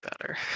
better